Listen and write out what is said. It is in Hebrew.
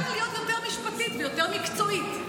שתדע להיות יותר משפטית ויותר מקצועית.